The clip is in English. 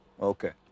Okay